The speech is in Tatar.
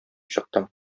чыктым